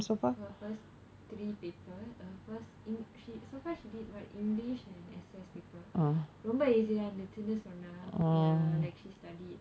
her first three papers her first english so far she did [what] english and S_S paper ரொம்ப:romba easy ah இருந்துச்சுனு சென்னா:irunthuchunu sonnaa ya she studied